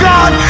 God